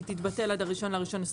היא תתבטל עד ה- 1.1.25,